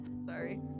sorry